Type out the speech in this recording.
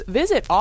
visit